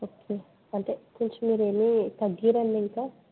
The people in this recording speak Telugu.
ఓకే అంటే కొంచెం మీరు ఏమి తగ్గించరా అండి ఇంకా